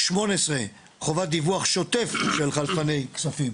הסתייגות 18: "חובת דיווח שוטף של חלפני כספים"